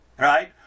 right